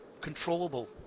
controllable